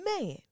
man